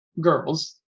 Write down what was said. girls